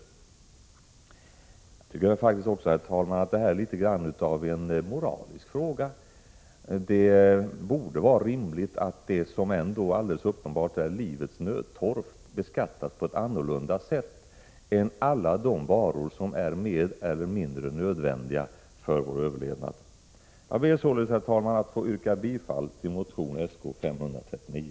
Jag tycker faktiskt också, herr talman, att det här är litet av en moralisk fråga. Det borde vara rimligt att det som alldeles uppenbart hör till livets nödtorft beskattas på ett annat sätt än alla de varor som är mindre nödvändiga för vår överlevnad. Herr talman! Jag ber således att få yrka bifall till motion 1986/87:Sk539.